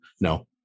No